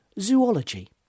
zoology